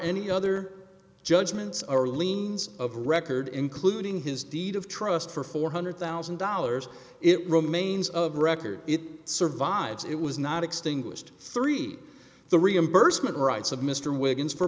any other judgments are liens of record including his deed of trust for four hundred thousand dollars it remains of record it survives it was not extinguished three the reimbursement rights of mr wiggins for